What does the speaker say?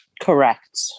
Correct